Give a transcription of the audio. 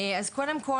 קודם כל,